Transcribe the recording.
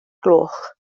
gloch